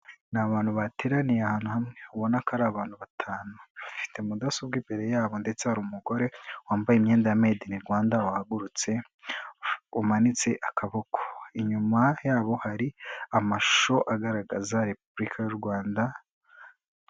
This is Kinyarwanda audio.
Ni abantu bateraniye ahantu hamwe ubona ko ari abantu batanu, bafite mudasobwa imbere yabo ndetse hari umugore wambaye imyenda ya Made in Rwanda wahagurutse umanitse akaboko, inyuma yabo hari amashusho agaragaza Repubulika y'u Rwanda.